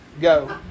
go